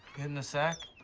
and the sack?